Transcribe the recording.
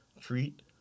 treat